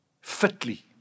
Fitly